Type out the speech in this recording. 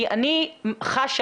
אני חשה,